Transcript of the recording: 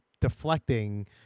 deflecting